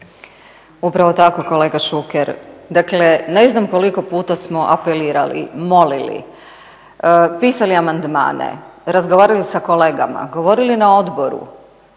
Upravo tako kolega Šuker. Dakle ne znam koliko puta smo apelirali, molili, pisali amandmane, razgovarali sa kolegama, govorili na odboru